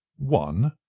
one.